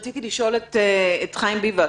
רציתי לשאול את חיים ביבס.